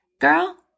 Girl